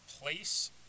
place